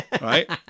right